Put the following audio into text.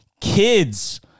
kids